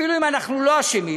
אפילו אם אנחנו לא אשמים,